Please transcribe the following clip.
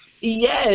Yes